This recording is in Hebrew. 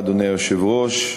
אדוני היושב-ראש,